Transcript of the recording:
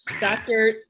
Dr